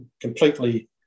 completely